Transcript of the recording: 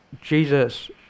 Jesus